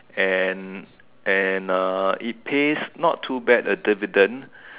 and and uh it pays not too bad a dividend